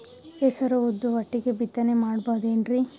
ಹೆಸರು ಉದ್ದು ಒಟ್ಟಿಗೆ ಬಿತ್ತನೆ ಮಾಡಬೋದೇನ್ರಿ?